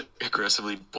aggressively